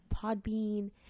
Podbean